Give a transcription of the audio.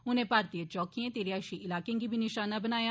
उनें भारतीय चौंकियें ते रिहाइशी इलार्के गी बी नशाना बनाया